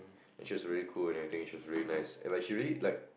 and she's really cool and everything she's really nice and like she really like